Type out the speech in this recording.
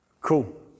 Cool